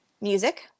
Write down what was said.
music